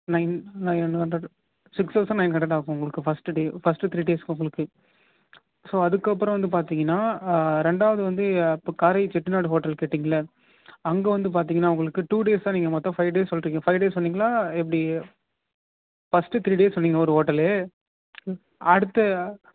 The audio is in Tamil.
nine nine hundred six thousand nine hundred ஆகும் உங்களுக்கு ஃபஸ்ட்டு டே ஃபஸ்ட்டு த்ரீ டேஸ்ஸுக்கு உங்களுக்கு ஸோ அதுக்கு அப்புறம் வந்து பார்த்தீங்கன்னா ரெண்டாவது வந்து இப்போ காரை செட்டிநாடு ஹோட்டல் கேட்டிங்கள்லே அங்கே வந்து பார்த்தீங்கன்னா உங்களுக்கு டூ டேஸ் தான் நீங்கள் மொத்தம் ஃபைவ் டேஸ் சொல்கிறீங்க ஃபைவ் டேஸ் சொன்னீங்களா எப்படி ஃபஸ்ட்டு த்ரீ டேஸ் சொன்னீங்க ஒரு ஹோட்டலு அடுத்து